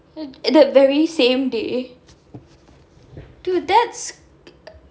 the very same day dude that's